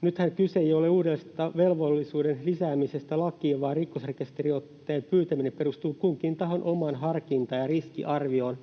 Nythän kyse ei ole uuden velvollisuuden lisäämisestä lakiin, vaan rikosrekisteriotteen pyytäminen perustuu kunkin tahon omaan harkintaan ja riskiarvioon.